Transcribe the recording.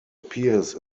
appears